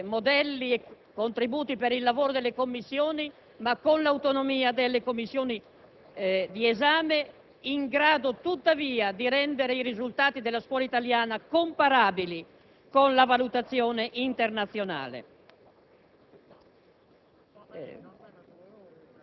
con il contributo dell'INVALSI che offre modelli e contributi per il lavoro delle commissioni, ma con l'autonomia delle commissioni di esame, in grado, tuttavia, di rendere i risultati della scuola italiana comparabili con la valutazione internazionale.